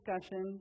discussion